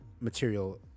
material